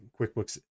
QuickBooks